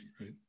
right